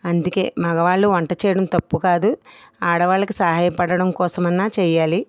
అందుకే మగవాళ్ళు వంట చేయడం తప్పు కాదు ఆడవాళ్ళకి సహాయపడడం కోసం అన్నా చేయాలి